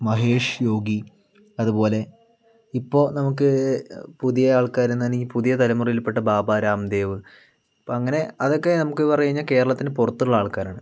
മഹേഷ് യോഗി അതുപോലെ ഇപ്പോൾ നമുക്ക് പുതിയ ആൾക്കാരെന്നാണെങ്കിൽ പുതിയ തലമുറയിൽ പെട്ട ബാബാ രാംദേവ് അങ്ങനെ അതൊക്കെ നമക്ക് പറഞ്ഞുകഴിഞ്ഞ കേരളത്തിന് പുറത്തുള്ള ആൾക്കാരാണ്